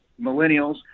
millennials